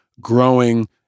growing